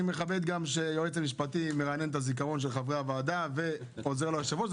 אני מכבד שיועץ משפטי מרענן את הזיכרון של חברי הוועדה ועוזר ליושב-ראש.